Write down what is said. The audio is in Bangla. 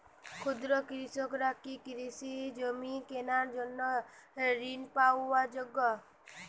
ক্ষুদ্র কৃষকরা কি কৃষিজমি কেনার জন্য ঋণ পাওয়ার যোগ্য?